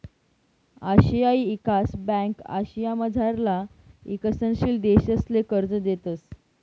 आशियाई ईकास ब्यांक आशियामझारला ईकसनशील देशसले कर्ज देतंस